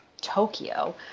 Tokyo